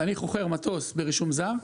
ואני חוכר מטוס ברישום זר,